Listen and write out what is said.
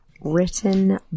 Written